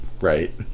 Right